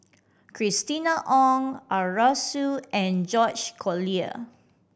Christina Ong Arasu and George Collyer